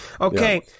Okay